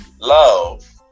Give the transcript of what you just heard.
love